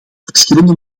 verschillende